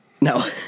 No